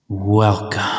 Welcome